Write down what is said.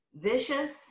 vicious